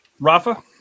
Rafa